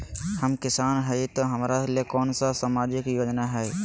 हम किसान हई तो हमरा ले कोन सा सामाजिक योजना है?